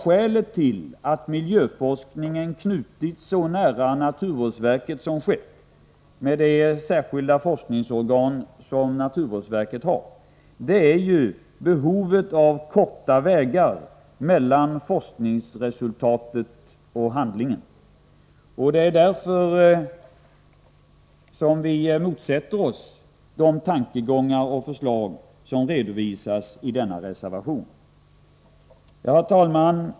Skälet till att miljöforskningen så nära knutits till naturvårdsverket som skett, med det särskilda forskningsorgan som naturvårdsverket har, är behovet av korta vägar mellan forskningsresultatet och handlingen. Det är därför vi motsätter oss de tankegångar och förslag som redovisas i denna reservation. Herr talman!